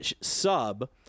sub